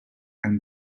and